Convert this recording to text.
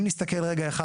אם נסתכל רגע אחד,